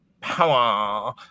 power